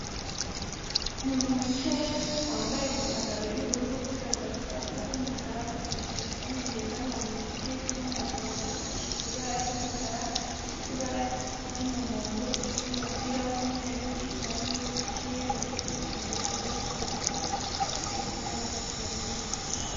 Umuntu wicaye wambaye ipantaro y'ubururu ufite agakapu k'umukara, ufite na telefone ngendanwa mu ntoki irimo amagambo yandikishijwe ibara ry'umukara, ifite ibara ry'umuhondo n'umupira w'umweru, hirya hari undi wicaye wambaye ipantaro y'ubururu, n'inkweto zifite ibara ry'umweru, n'igitaka.